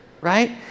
right